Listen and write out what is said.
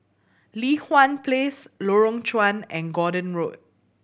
Li Hwan Place Lorong Chuan and Gordon Road